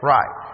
Right